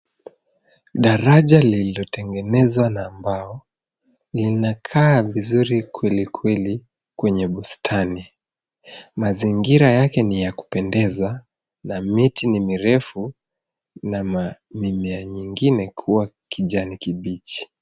Daraja lililotengenezwa na mbao linakaa vizuri kweli kweli kwenye bustani. Mazingira yake ni ya kupendeza na miti ni mirefu na mimea nyingine kuwa kijani kibichi.